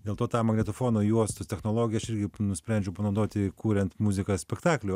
dėl to tą magnetofono juostos technologiją aš irgi nusprendžiau panaudoti kuriant muziką spektakliui